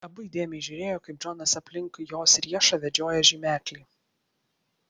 abu įdėmiai žiūrėjo kaip džonas aplink jos riešą vedžioja žymeklį